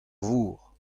vor